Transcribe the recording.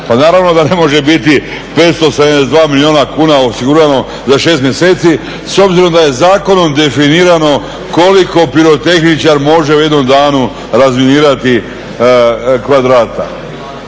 Pa naravno da ne može biti 572 milijuna kuna osigurano za 6 mjeseci s obzirom da je zakonom definirano koliko pirotehničar može u jednom danu razminirati kvadrata.